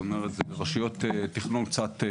זאת אומרת הוא ברשויות תכנון שונות.